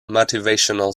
motivational